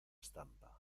estampa